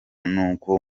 n’uko